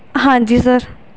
ਹਾਂਜੀ ਸਰ